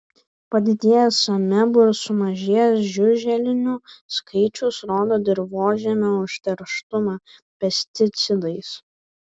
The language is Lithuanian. padidėjęs amebų ir sumažėjęs žiuželinių skaičius rodo dirvožemio užterštumą pesticidais